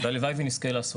והלוואי ונזכה לעשות.